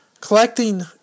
Collecting